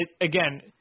again